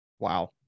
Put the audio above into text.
Wow